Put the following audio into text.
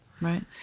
Right